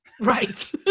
Right